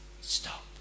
Stop